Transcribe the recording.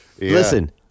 Listen